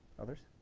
others?